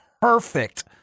perfect